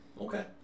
Okay